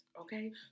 Okay